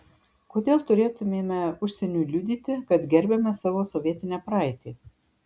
kodėl turėtumėme užsieniui liudyti kad gerbiame savo sovietinę praeitį